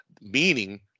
meaning